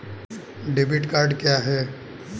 Debit card क्या है?